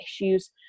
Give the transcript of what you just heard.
issues